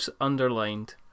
underlined